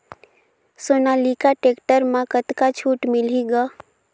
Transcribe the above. Sonalika tractor म कतका छूट मिलही ग?